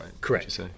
Correct